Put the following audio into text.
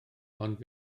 ond